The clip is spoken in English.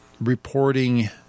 reporting